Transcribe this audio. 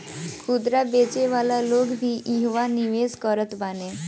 खुदरा बेचे वाला लोग भी इहवा निवेश करत बाने